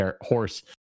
horse